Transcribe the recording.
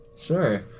Sure